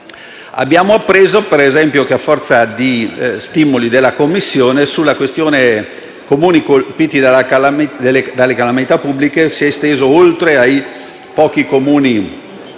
Abbiamo appreso, per esempio, che a forza di stimoli della Commissione, tra i Comuni colpiti dalle calamità pubbliche, oltre ai pochi Comuni